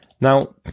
Now